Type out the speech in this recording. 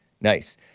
Nice